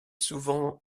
souvent